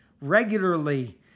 regularly